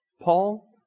Paul